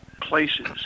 places